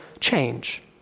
change